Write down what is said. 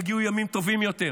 יגיעו ימים טובים יותר,